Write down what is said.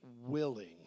willing